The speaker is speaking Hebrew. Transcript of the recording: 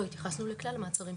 לא, התייחסנו לכלל המעצרים,